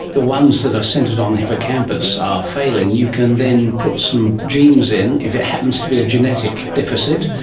the ones that are centred on the hippocampus are failing, you can then put some genes in, if it happens to be a genetic deficit,